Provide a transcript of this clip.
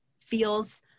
feels